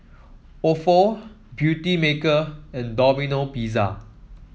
Ofo Beautymaker and Domino Pizza